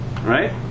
Right